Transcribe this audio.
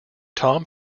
tom